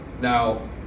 Now